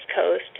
Coast